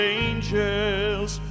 angels